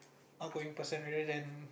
outgoing person rather than